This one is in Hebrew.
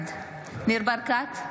בעד ניר ברקת,